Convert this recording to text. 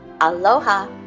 Aloha